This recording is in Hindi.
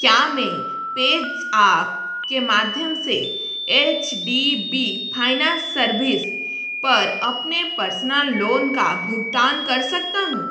क्या मैं पेज़एप के माध्यम से H D B finance service पर अपने पर्सनल लोन का भुगतान कर सकता हूँ